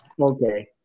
Okay